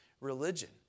religion